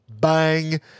Bang